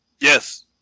Yes